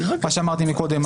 מה שאמרתי קודם,